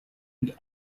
and